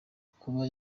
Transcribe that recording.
kuba